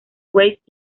weiss